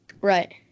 Right